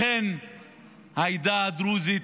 לכן העדה הדרוזית